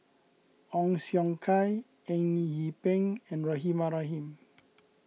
Ong Siong Kai Eng Yee Peng and Rahimah Rahim